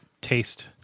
taste